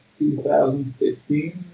2015